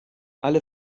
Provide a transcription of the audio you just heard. alle